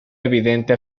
evidente